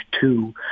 two